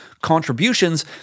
contributions